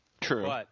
True